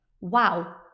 Wow